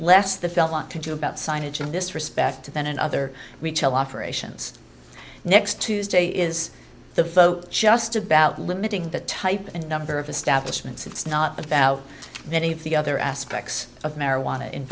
less the felt a lot to do about signage in this respect then in other retail operations next tuesday is the vote just about limiting the type and number of establishment so it's not about any of the other aspects of marijuana in